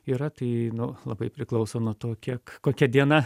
yra tai nu labai priklauso nuo to kiek kokia diena